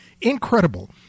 Incredible